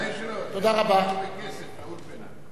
כסף לאולפנה.